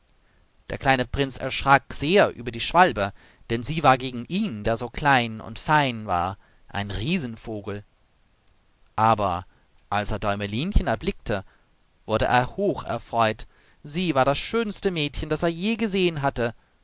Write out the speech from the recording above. der kleine prinz erschrak sehr über die schwalbe denn sie war gegen ihn der so klein und fein war ein riesenvogel aber als er däumelinchen erblickte wurde er hocherfreut sie war das schönste mädchen das er je gesehen hatte